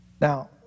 Now